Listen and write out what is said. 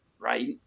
Right